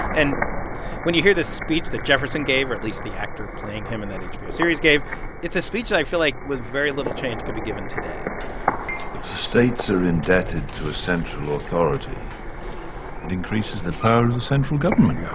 and when you hear the speech that jefferson gave or at least that actor playing him in that hbo series gave it's a speech that i feel like, with very little change, could be given today if the states are indebted to a central authority, it and increases the power of the central government yeah